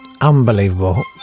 Unbelievable